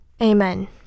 amen